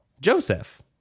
Joseph